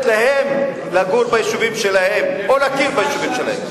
להם לגור ביישובים שלהם או להקים ביישובים שלהם.